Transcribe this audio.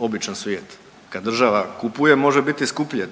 običan svijet. Kad država kupuje može biti i skuplje.